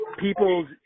people's